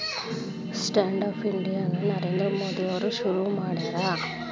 stand up India ನ ನರೇಂದ್ರ ಮೋದಿ ಅವ್ರು ಶುರು ಮಾಡ್ಯಾರ